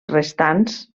restants